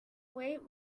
wait